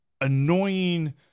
annoying